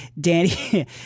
Danny